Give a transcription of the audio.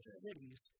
cities